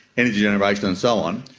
energy generation and so on,